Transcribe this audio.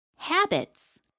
Habits